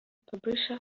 publisher